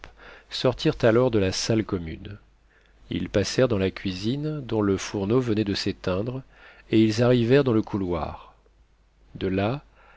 sortirent alors de la salle commune ils passèrent dans la cuisine dont le fourneau venait de s'éteindre et ils arrivèrent dans le couloir de là